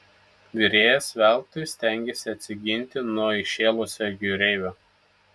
virėjas veltui stengėsi atsiginti nuo įšėlusio jūreivio